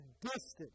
distance